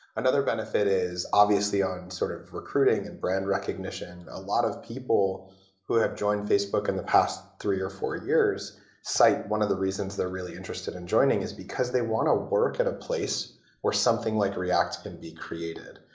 another befit is, obviously, on sort of recruiting and brand recognition, a lot of people who have joined facebook in the past three or four years cite one of the reasons they're really interested in joining is because they want to work at a place where something like react can be created.